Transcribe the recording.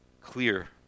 clear